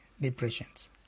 depressions